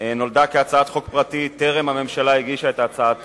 נולדה כהצעת חוק פרטית בטרם הגישה הממשלה את הצעת